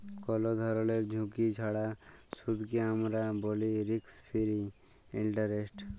call ধরলের ঝুঁকি ছাড়া সুদকে আমরা ব্যলি রিস্ক ফিরি ইলটারেস্ট